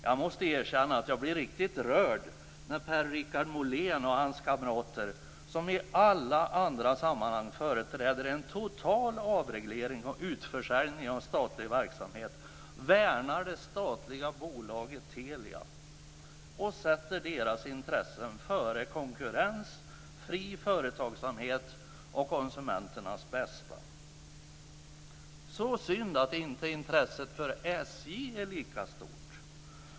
Jag måste erkänna att jag blir riktigt rörd när Per Richard Molén och hans kamrater, som i alla andra sammanhang företräder en total avreglering och utförsäljning av statlig verksamhet, värnar det statliga bolaget Telia och sätter dess intressen före konkurrens, fri företagsamhet och konsumenternas bästa. Så synd att intresset för SJ inte är lika stort.